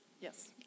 Yes